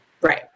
Right